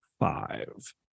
five